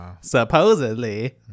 supposedly